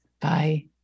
Bye